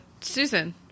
Susan